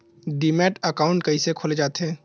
Demat account कइसे खोले जाथे?